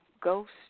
Ghost